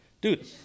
dude